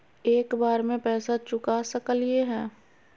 एक बार में पैसा चुका सकालिए है?